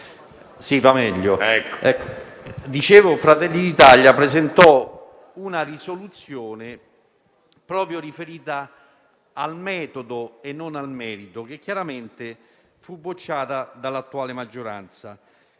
perché ricordo che Fratelli d'Italia presentò una risoluzione riferita proprio al metodo e non al merito, che chiaramente fu bocciata dall'attuale maggioranza.